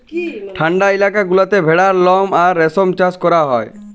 ঠাল্ডা ইলাকা গুলাতে ভেড়ার লম আর রেশম চাষ ক্যরা হ্যয়